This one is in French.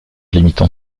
limitant